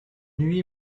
lui